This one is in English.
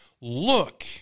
look